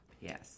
Yes